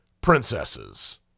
princesses